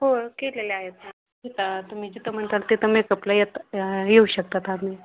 होय केलेले आहेत तुम्ही जिथं म्हणताल तिथं मेकपला येतात येऊ शकतात आम्ही